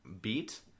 beat